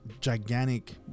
gigantic